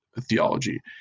theology